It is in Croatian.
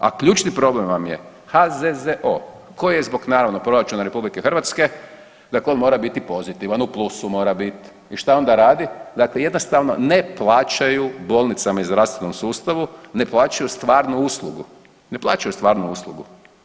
A ključni problem vam je HZZO koji je zbog naravno proračuna RH dakle on mora biti pozitivan, u plusu mora biti i šta onda radi, dakle jednostavno ne plaćaju bolnicama i zdravstvenom sustavu ne plaćaju stvarnu uslugu, ne plaćaju stvarnu uslugu.